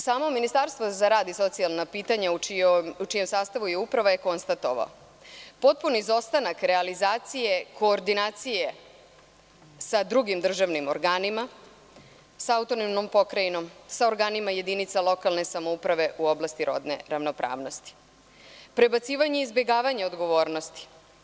Samo Ministarstvo za rad i socijalna pitanja u čijem sastavu je Uprava je konstatovao potpuni izostanak realizacije, koordinacije sa drugim državnim organima, sa autonomnom pokrajinom, sa oranima jedinca lokalne samouprave u oblasti rodne ravnopravnosti, prebacivanje i izbegavanje odgovornosti.